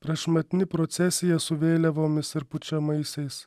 prašmatni procesija su vėliavomis ar pučiamaisiais